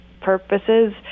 purposes